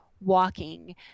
Walking